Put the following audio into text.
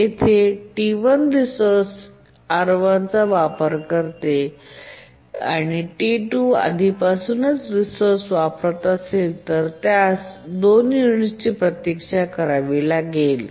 येथे T1 resources R1 चा वापर करते आणि जर T2 आधीपासूनच रिसोअर्स वापरत असेल तर त्यास 2 युनिट्सची प्रतीक्षा करावी लागेल